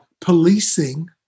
policing